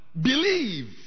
believe